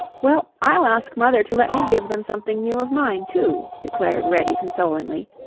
well, i'll ask mother to let me give them something new of mine, too, declared reddy consolingly,